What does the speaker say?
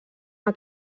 una